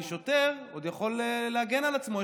כי שוטר עוד יכול להגן על עצמו,